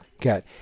get